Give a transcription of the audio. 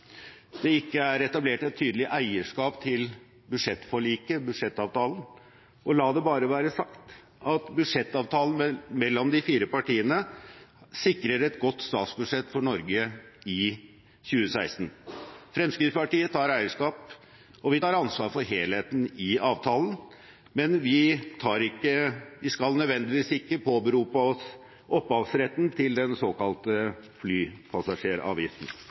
det ikke er etablert et tydelig eierskap til budsjettforliket – budsjettavtalen. La det bare være sagt at budsjettavtalen mellom de fire partiene sikrer et godt statsbudsjett for Norge i 2016. Fremskrittspartiet tar eierskap, og vi tar ansvar for helheten i avtalen, men vi skal ikke nødvendigvis påberope oss opphavsretten til den såkalte